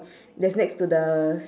that's next to the